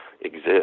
exist